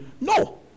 no